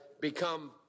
become